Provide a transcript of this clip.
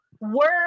word